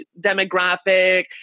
demographic